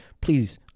please